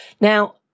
Now